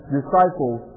disciples